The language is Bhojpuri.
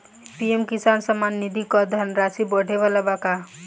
पी.एम किसान सम्मान निधि क धनराशि बढ़े वाला बा का?